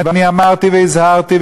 ואני אמרתי והזהרתי,